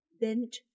bent